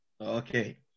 okay